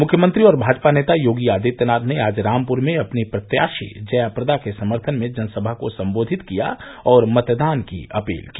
मुख्यमंत्री और भाजपा नेता योगी आदित्यनाथ ने आज रामपुर में अपनी प्रत्याशी जयाप्रदा के समर्थन में जनसभा को सम्बोधित किया और मतदान की अपील की